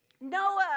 Noah